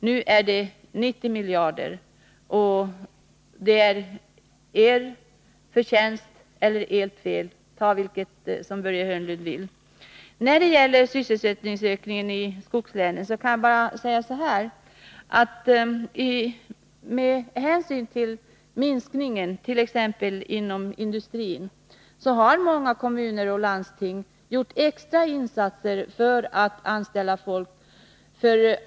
Nu är det 90 miljarder. Det är er förtjänst eller ert fel — Börje Hörnlund får välja det ord han vill. När det gäller sysselsättningsökningen i skogslänen: Med hänsyn till minskningen t. ex inom industrin har många kommuner och landsting gjort extra insatser för att anställa folk.